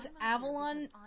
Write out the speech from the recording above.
Avalon